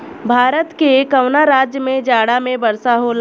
भारत के कवना राज्य में जाड़ा में वर्षा होला?